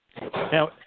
Now